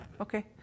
Okay